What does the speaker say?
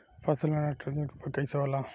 फसल में नाइट्रोजन के उपयोग कइसे होला?